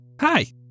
Hi